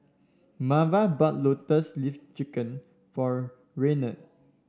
Marva bought Lotus Leaf Chicken for Raynard